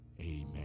Amen